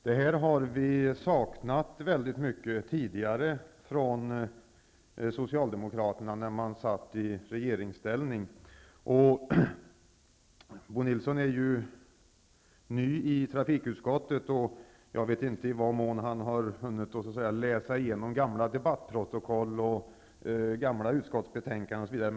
Detta har vi saknat i stor utsträckning tidigare från Socialdemokraterna, när de satt i regeringsställning. Bo Nilsson är ju ny i trafikutskottet, och jag vet inte i vad mån han har hunnit läsa igenom gamla debattprotokoll, gamla utskottsbetänkanden osv.